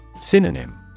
Synonym